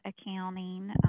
Accounting